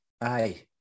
Aye